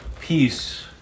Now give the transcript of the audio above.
peace